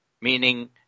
Meaning